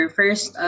first